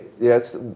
yes